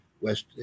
West